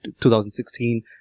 2016